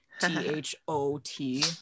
T-H-O-T